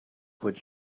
what